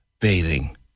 bathing